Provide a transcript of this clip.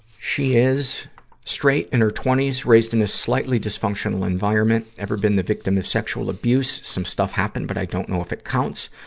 she is straight, in her twenty s, raised in a slightly dysfunctional environment. ever been the victim of sexual abuse? some stuff happened, but i don't know if it counts.